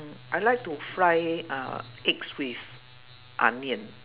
I like to fry uh eggs with onion